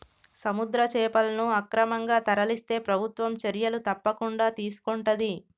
సముద్ర చేపలను అక్రమంగా తరలిస్తే ప్రభుత్వం చర్యలు తప్పకుండా తీసుకొంటది